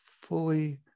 fully